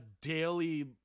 daily